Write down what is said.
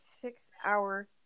six-hour